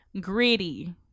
gritty